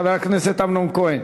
חבר הכנסת אמנון כהן.